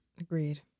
Agreed